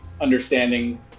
understanding